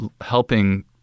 helping